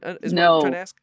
No